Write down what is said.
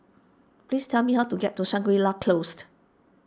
please tell me how to get to Shangri La Closed